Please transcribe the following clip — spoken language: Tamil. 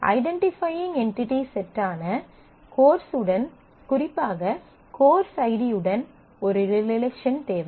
ஐடென்டிஃபையிங் என்டிடி செட்டான கோர்ஸுடன் குறிப்பாக கோர்ஸ் ஐடி உடன் ஒரு ரிலேஷன் தேவை